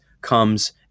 comes